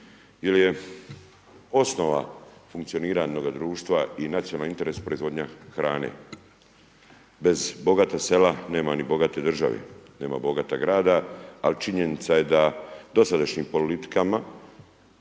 jer je osnova funkcioniranja jednog društva i nacionalnog interesa, proizvodnja hrane. Bez bogatog sela nema ni bogate države, nema bogata grada ali činjenica je da dosadašnjim politikama,